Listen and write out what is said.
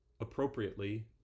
appropriately